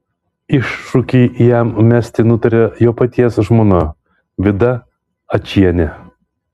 iššūkį jam mesti nutarė jo paties žmona vida ačienė